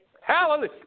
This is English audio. Hallelujah